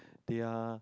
they are